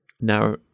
now